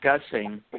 discussing